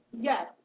Yes